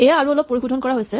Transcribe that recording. এয়া আৰু অলপ পৰিশোধন কৰা হৈছে